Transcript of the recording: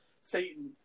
Satan